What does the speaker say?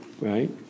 right